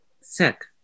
Sick